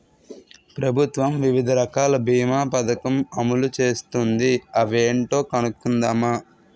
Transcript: ప్రభుత్వం వివిధ రకాల బీమా పదకం అమలు చేస్తోంది అవేంటో కనుక్కుందామా?